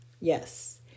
Yes